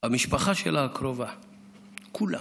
המשפחה הקרובה שלה, כולם.